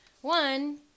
One